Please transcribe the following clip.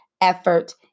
effort